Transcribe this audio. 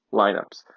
lineups